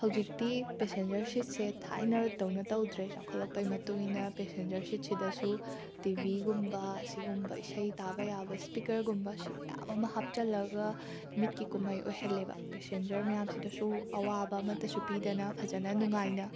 ꯍꯧꯖꯤꯛꯇꯤ ꯄꯦꯁꯦꯟꯖꯔ ꯁꯤꯠꯁꯦ ꯊꯥꯏꯅꯗꯧꯅ ꯇꯧꯗꯔꯦ ꯆꯥꯎꯈꯠꯂꯛꯄꯒꯤ ꯃꯇꯨꯡ ꯏꯟꯅ ꯄꯦꯁꯦꯟꯖꯔ ꯁꯤꯠꯁꯤꯗꯁꯨ ꯇꯤꯕꯤꯒꯨꯝꯕ ꯑꯁꯤꯒꯨꯝꯕ ꯏꯁꯩ ꯇꯥꯕ ꯌꯥꯕ ꯁ꯭ꯄꯤꯀꯔꯒꯨꯝꯕ ꯁꯤ ꯃꯌꯥꯝ ꯑꯃ ꯍꯥꯞꯆꯤꯜꯂꯒ ꯃꯤꯠꯀꯤ ꯀꯨꯝꯍꯩ ꯑꯣꯏꯍꯜꯂꯦꯕ ꯄꯦꯁꯦꯟꯖꯔ ꯃꯌꯥꯝꯁꯤꯗꯁꯨ ꯑꯋꯥꯕ ꯑꯃꯠꯇꯁꯨ ꯄꯤꯗꯅ ꯐꯖꯅ ꯅꯨꯡꯉꯥꯏꯅ